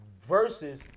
versus